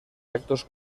actos